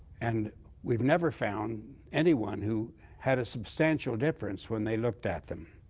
and we've never found anyone who had a substantial difference when they looked at them.